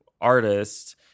artist